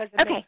Okay